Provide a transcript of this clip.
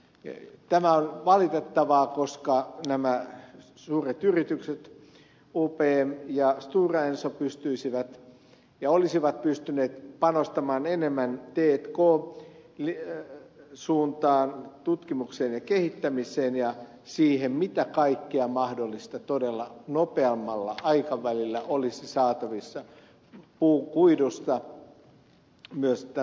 tämä on valitettavaa koska nämä suuret yritykset upm ja stora enso pystyisivät ja olisivat pystyneet panostamaan enemmän t k suuntaan tutkimukseen ja kehittämiseen ja siihen mitä kaikkea mahdollista todella nopeammalla aikavälillä olisi saatavissa puukuidusta myös että